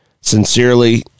Sincerely